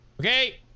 Okay